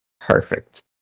Perfect